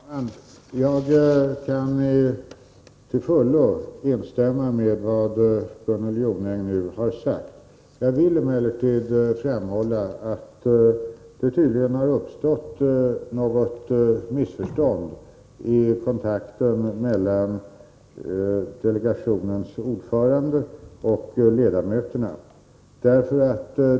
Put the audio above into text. Herr talman! Jag kan till fullo instämma i vad Gunnel Jonäng har sagt. Jag vill emellertid framhålla att det tydligen har uppstått något missförstånd i kontakten mellan delegationens ordförande och ledamöterna.